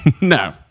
no